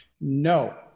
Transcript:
No